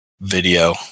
video